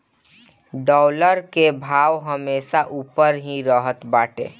dollar कअ भाव हमेशा उपर ही रहत बाटे